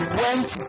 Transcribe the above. went